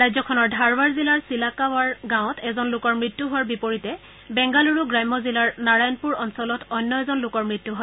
ৰাজ্যখনৰ ধাৰৱাৰ জিলাৰ চিলাকাৱাৰ গাঁৱত এজন লোকৰ মৃত্যুৰ হোৱাৰ বিপৰীতে বেংগালুৰু গ্ৰাম্য জিলাৰ নাৰায়ণপুৰ অঞ্চলত অন্য এজন লোকৰ মৃত্যু হয়